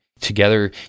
Together